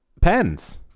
Pens